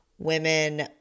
women